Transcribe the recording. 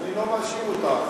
אני לא מאשים אותך,